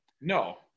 no